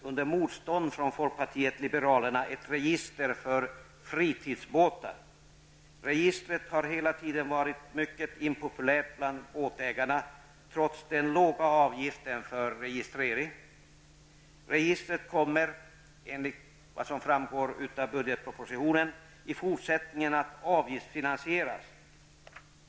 Registret har hela tiden varit mycket impopulärt bland båtägarna, trots den låga avgiften för registrering. Enligt vad som framgår av budgetpropositionen kommer registret i fortsättningen att avgiftsfinansieras.